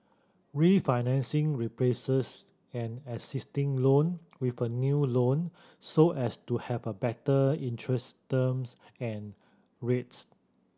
refinancing replaces an existing loan with a new loan so as to have a better interest terms and rates